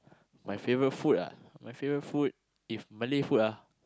my favourite food lah my favourite if Malay food